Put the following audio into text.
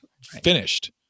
Finished